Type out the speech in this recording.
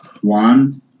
one